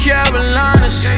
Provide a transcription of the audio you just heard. Carolinas